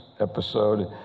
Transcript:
episode